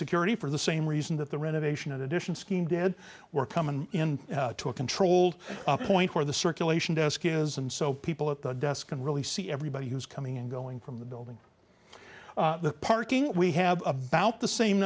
security for the same reason that the renovation additions skiing dad were coming in to a controlled point where the circulation desk is and so people at the desk can really see everybody who's coming and going from the building the parking lot we have about the same